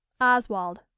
Oswald